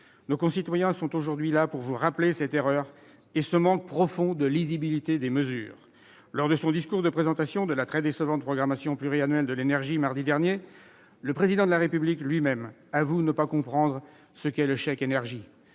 Nos concitoyens se mobilisent aujourd'hui pour vous rappeler cette erreur et ce manque profond de lisibilité des mesures prises. Lors de son discours de présentation de la très décevante programmation pluriannuelle de l'énergie, mardi dernier, le Président de la République lui-même avouait ne pas comprendre ce qu'est le chèque énergie.